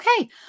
okay